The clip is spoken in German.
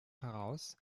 heraus